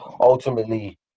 ultimately